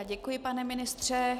Děkuji, pane ministře.